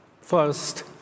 First